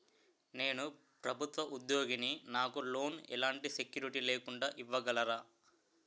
నేను ప్రభుత్వ ఉద్యోగిని, నాకు లోన్ ఎలాంటి సెక్యూరిటీ లేకుండా ఇవ్వగలరా?